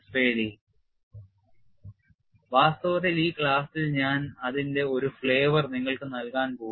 Motivation for FAD വാസ്തവത്തിൽ ഈ ക്ലാസ്സിൽ ഞാൻ അതിന്റെ ഒരു flavor നിങ്ങൾക്ക് നൽകാൻ പോകുന്നു